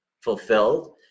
fulfilled